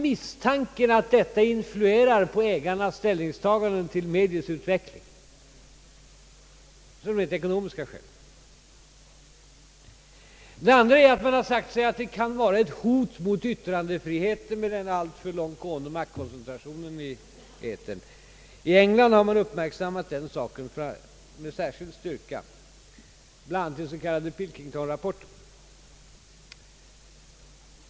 Misstanken att detta influerar ägarnas ställningstagande till mediets utveckling finns alltid, exempelvis av rent ekonomiska skäl. Den andra risken är att det kan vara ett hot mot yttrandefriheten med denna alltför starka maktkoncentration i etern. I England har man uppmärksammat den saken med särskild styrka, bland annat i den s.k. Pilkingtonrapporten.